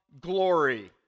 glory